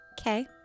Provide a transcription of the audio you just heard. Okay